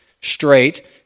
straight